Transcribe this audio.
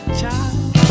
child